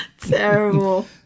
Terrible